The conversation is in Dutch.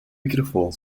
microfoon